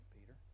Peter